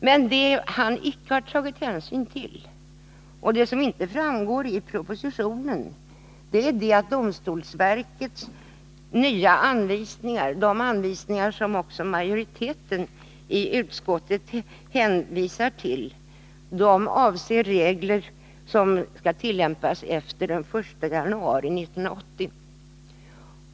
Men vad justitieministern inte har tagit hänsyn till och som inte framgår av propositionen är att domstolsverkets nya anvisningar — som också majoriteten i utskottet hänvisar till — avser regler som skall tillämpas efter den 1 januari 1980.